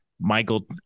Michael